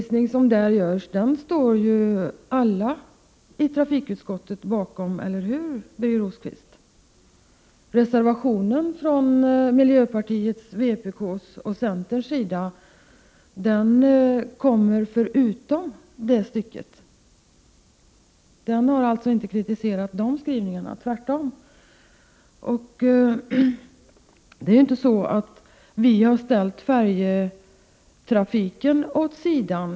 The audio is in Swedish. Samtliga i trafikutskottet står bakom den redovisning som görs, eller hur Birger Rosqvist? Reservationen från miljöpartiet, vpk och centern gäller inte det stycket. Reservationen kritiserade således inte den skrivningen, tvärtom. Vi har inte ställt färjetrafiken åt sidan.